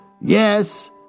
Yes